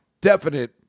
definite